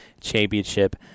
championship